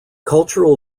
cultural